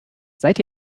seid